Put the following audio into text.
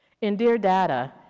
in dear data,